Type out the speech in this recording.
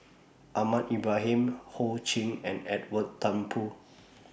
Ahmad Ibrahim Ho Ching and Edwin Thumboo